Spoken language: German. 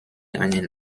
einen